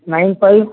nine five